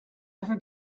ever